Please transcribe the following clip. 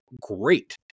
great